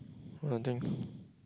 nothing